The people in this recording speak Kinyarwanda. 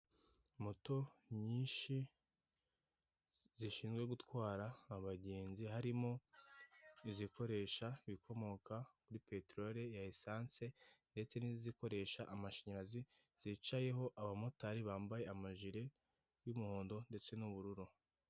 Moto nyinshi zishinzwe gutwara abagenzi, harimo izikoresha ibikomoka kuri peteroli ya esanse ndetse n'izikorehsa amashanyarazi, zicayeho abamotari bambaye amajire y'umuhondo ndetse n'ubururu.